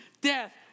death